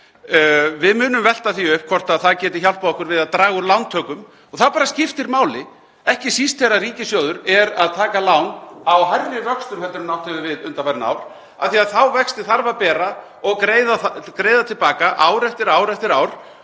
Við munum velta því upp hvort það geti hjálpað okkur við að draga úr lántökum og það skiptir bara máli, ekki síst þegar ríkissjóður er að taka lán á hærri vöxtum en átt hefur við undanfarin ár af því að þá vexti þarf að bera og greiða til baka ár eftir ár.